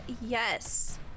yes